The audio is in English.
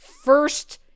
first